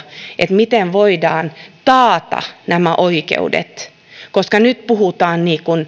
miten voidaan taata nämä oikeudet koska nyt puhutaan